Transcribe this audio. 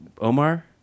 Omar